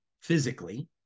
physically